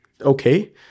Okay